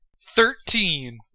Thirteen